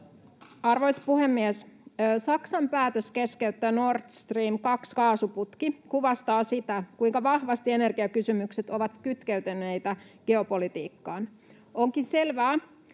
Arvoisa puhemies! Saksan päätös keskeyttää Nord Stream 2 -kaasuputki kuvastaa sitä, kuinka vahvasti energiakysymykset ovat kytkeytyneitä geopolitiikkaan. Onkin selvää,